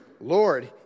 Lord